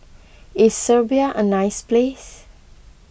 is Serbia a nice place